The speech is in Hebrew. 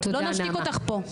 לא נשתיק אותך פה.